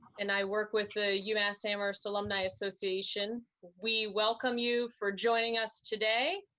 and i work with the umass amherst alumni association. we welcome you for joining us today,